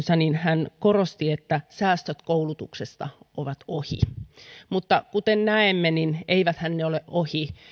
hän korosti että säästöt koulutuksesta ovat ohi mutta kuten näemme eiväthän ne ole ohi